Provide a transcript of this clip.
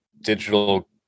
digital